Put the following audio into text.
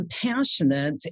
compassionate